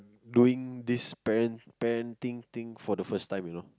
doing this parent parenting thing for the first time you know